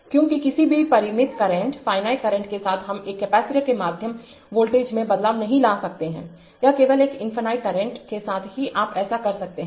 क्योंकि किसी भी परिमित करंटफॉइनाइट करंट के साथ हम एक कैपेसिटर के माध्यम वोल्टेज में बदलाव नहीं ला सकते हैं यह केवल एक इनफिनिटकरंट के साथ ही आप ऐसा कर सकते हैं